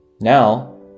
Now